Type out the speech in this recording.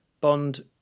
bond